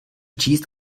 číst